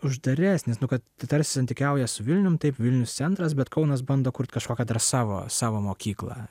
uždaresnis nu kad tai tarsi santykiauja su vilnium taip vilnius centras bet kaunas bando kurt kažkokią savo savo mokyklą